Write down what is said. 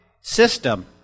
system